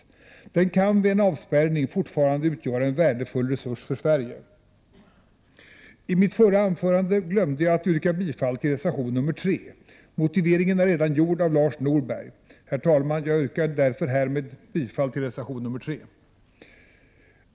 Gruvan kan vid en framtida avspärrning utgöra en värdefull resurs för Sverige. I mitt huvudanförande glömde jag att yrka bifall till reservation 3. Motiveringen har redan framförts av Lars Norberg. Jag yrkar således bifall till reservation 3.